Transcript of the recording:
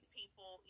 people